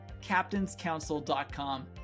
captainscouncil.com